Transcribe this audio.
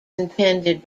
intended